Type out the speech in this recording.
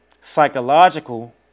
Psychological